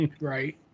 Right